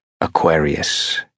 Aquarius